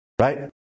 Right